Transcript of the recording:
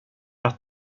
att